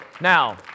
Now